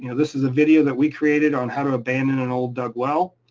you know this is a video that we created on how to abandon an old dug well,